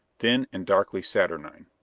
thin and darkly saturnine,